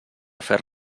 fer